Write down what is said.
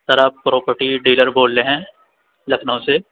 سر آپ property dealer بول رہے ہیں لکھنؤ سے